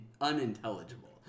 unintelligible